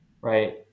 right